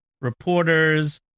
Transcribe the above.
reporters